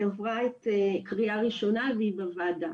היא עברה את הקריאה הראשונה והיא בוועדה.